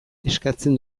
eskatzen